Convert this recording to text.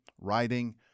writing